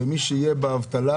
ומי שיהיה באבטלה,